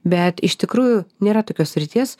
bet iš tikrųjų nėra tokios srities